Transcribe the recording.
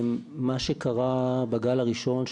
מה שקרה בגל הראשון,